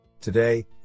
Today